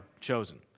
chosen